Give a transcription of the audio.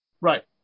Right